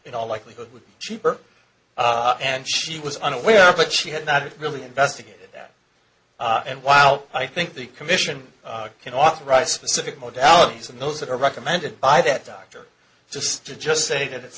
in all likelihood would cheaper and she was unaware but she had not really investigated and while i think the commission can authorize specific modalities and those that are recommended by that doctor just to just say that it's